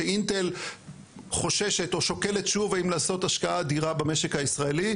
שאינטל חוששת או שוקלת שוב האם לעשות השקעה אדירה במשק הישראלי,